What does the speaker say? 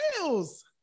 sales